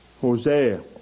Hosea